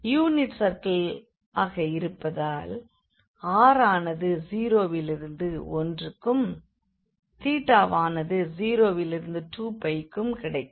unit circle ஆக இருப்பதால் r ஆனது 0 விலிருந்து 1க்கும் தீட்டாவானது 0 விலிருந்து 2π க்கும் கிடைக்கும்